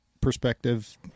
perspective